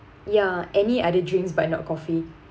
ya any other drinks but not coffee